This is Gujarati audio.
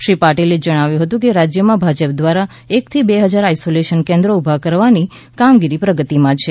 શ્રી પાટિલે જણાવ્યું હતું કે રાજ્યમાં ભાજપ દ્વારા એ થી બે હજાર આઇસોલેશન કેન્દ્રો ઊભા કરવાની ઊભા કરવાની કામગીરી પ્રગતિમાં છે